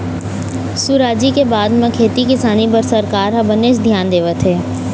सुराजी के बाद म खेती किसानी बर सरकार ह बनेच धियान देवत हे